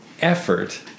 effort